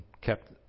kept